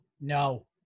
no